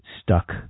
stuck